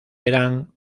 eran